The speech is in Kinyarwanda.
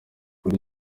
kuri